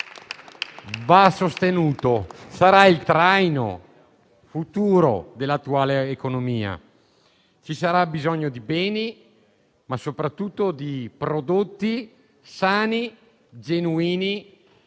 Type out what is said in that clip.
va sostenuto. Esso sarà il traino futuro dell'economia; ci sarà bisogno di beni, ma, soprattutto di prodotti sani e genuini,